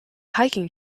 hiking